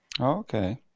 Okay